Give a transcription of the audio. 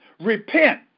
repent